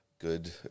Good